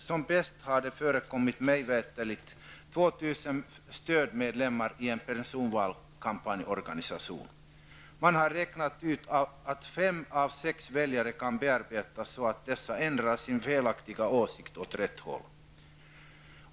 Som mest har det förekommit, mig veterligt, 2 000 stödmedlemmar i en organisation för en personvalskampanj. Det har räknats ut att fem av sex väljare kan bearbetas så att dessa ändrar sin felaktiga åsikt åt rätt håll.